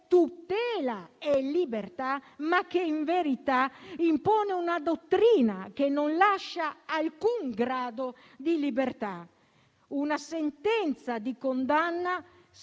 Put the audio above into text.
tutela e libertà, ma che, in verità, impone una dottrina che non lascia alcun grado di libertà; una sentenza di condanna